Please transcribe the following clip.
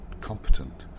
competent